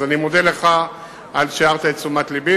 אז אני מודה לך על שהערת את תשומת לבי,